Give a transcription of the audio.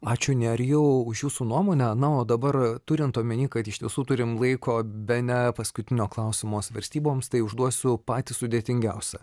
ačiū nerijau už jūsų nuomonę na o dabar turint omeny kad iš tiesų turim laiko bene paskutinio klausimo svarstyboms tai užduosiu patį sudėtingiausią